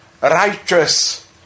righteous